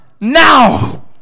now